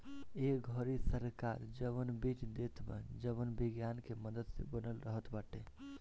ए घरी सरकार जवन बीज देत बा जवन विज्ञान के मदद से बनल रहत बाटे